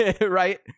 right